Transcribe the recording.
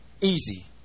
easy